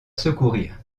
secourir